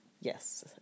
Yes